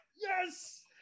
Yes